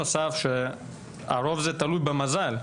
הרוב תלוי במזל,